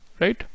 Right